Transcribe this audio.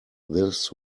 this